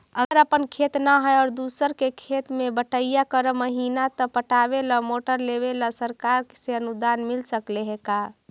अगर अपन खेत न है और दुसर के खेत बटइया कर महिना त पटावे ल मोटर लेबे ल सरकार से अनुदान मिल सकले हे का?